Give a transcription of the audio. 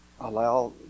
allow